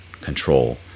control